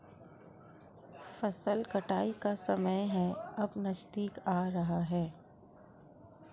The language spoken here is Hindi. फसल कटाई का समय है अब नजदीक आ रहा है